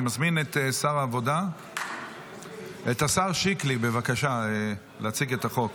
אני מזמין את השר שיקלי, בבקשה, להציג את החוק